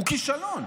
הוא כישלון,